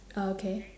ah okay